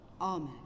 Amen